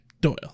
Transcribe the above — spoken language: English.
Doyle